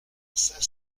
cinq